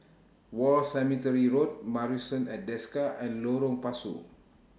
War Cemetery Road Marrison At Desker and Lorong Pasu